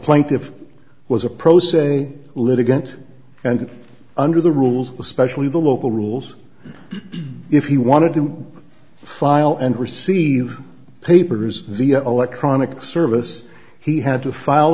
plaintiff was a pro se litigant and under the rules especially the local rules if he wanted to file and receive papers via electronic service he had to file